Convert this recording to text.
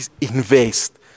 invest